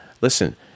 listen